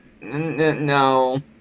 No